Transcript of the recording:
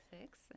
six